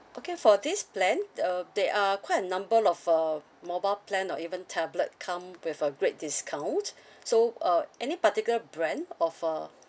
okay for this plan uh there are quite a number of uh mobile plan or even tablet come with a great discount so uh any particular brand of uh